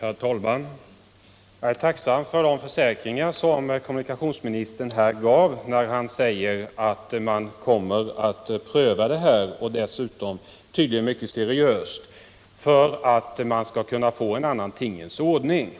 Herr talman! Jag är tacksam för de försäkringar som kommunikationsministern här gav, när han sade att han kommer att pröva frågan — och dessutom tydligen mycket seriöst — för att kunna få en annan tingens ordning till